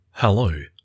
Hello